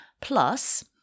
Plus